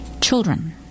children